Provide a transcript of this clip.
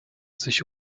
sich